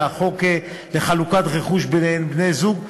והחוק לחלוקת רכוש בין בני-זוג,